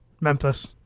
Memphis